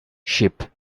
sheep